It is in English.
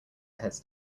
heads